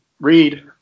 read